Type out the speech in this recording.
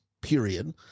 period